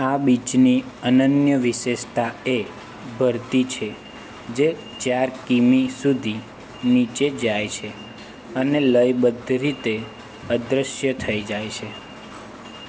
આ બીચની અનન્ય વિશેષતા એ ભરતી છે જે ચાર કિમી સુધી નીચે જાય છે અને લયબદ્ધ રીતે અદ્રશ્ય થઈ જાય છે